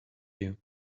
you